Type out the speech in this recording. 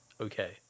okay